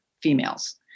females